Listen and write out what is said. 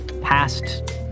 Past